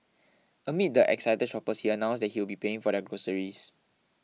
amid the excited shoppers he announced that he would be paying for their groceries